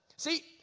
See